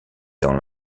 dans